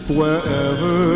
wherever